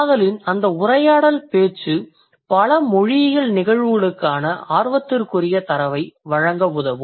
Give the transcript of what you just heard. ஆதலின் அந்த உரையாடல் பேச்சு பல மொழியியல் நிகழ்வுகளுக்கான ஆர்வத்திற்குரிய தரவை வழங்க உதவும்